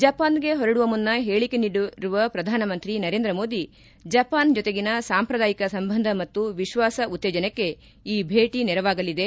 ಜಪಾನ್ಗೆ ಹೊರಡುವ ಮುನ್ನ ಹೇಳಕೆ ನೀಡಿರುವ ಪ್ರಧಾನಮಂತ್ರಿ ನರೇಂದ್ರ ಮೋದಿ ಜಪಾನ್ ಜೊತೆಗಿನ ಸಾಂಶ್ರದಾಯಿಕ ಸಂಬಂಧ ಮತ್ತು ವಿಶ್ವಾಸ ಉತ್ತೇಜನಕ್ಕೆ ಈ ಭೇಟ ನೆರವಾಗಲಿದೆ